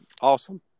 Awesome